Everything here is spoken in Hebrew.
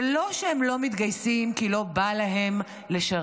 זה לא שהם לא מתגייסים כי לא בא להם לשרת,